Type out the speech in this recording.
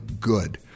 good